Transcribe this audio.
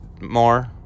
more